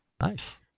Nice